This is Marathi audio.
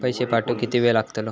पैशे पाठवुक किती वेळ लागतलो?